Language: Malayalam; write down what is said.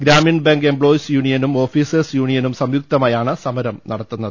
ഗ്രാമീൺ ബാങ്ക് എംപ്ലോയീസ് യൂണിയനും ഓഫീസേഴ്സ് യൂണിയനും സംയുക്തമായാണ് സമരം നടത്തുന്നത്